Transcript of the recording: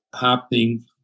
happening